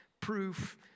proof